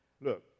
Look